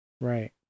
Right